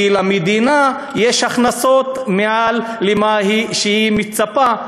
כי למדינה יש הכנסות מעל למה שהיא מצפה,